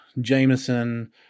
jameson